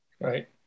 Right